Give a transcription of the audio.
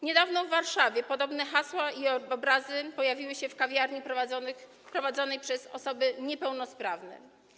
Niedawno w Warszawie podobne hasła i obrazy pojawiły się w kawiarni prowadzonej przez osoby niepełnosprawne.